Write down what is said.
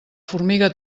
formiga